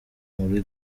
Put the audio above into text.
muri